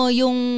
yung